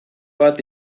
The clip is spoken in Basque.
bat